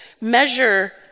measure